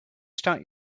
start